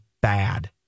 bad